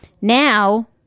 Now